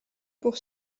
pour